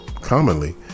commonly